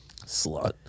Slut